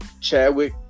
Chadwick